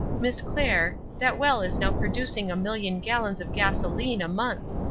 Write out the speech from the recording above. miss clair, that well is now producing a million gallons of gasolene a month